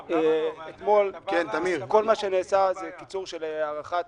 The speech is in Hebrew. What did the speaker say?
כל מה שנעשה זה קיצור של פקיעת